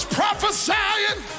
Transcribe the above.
prophesying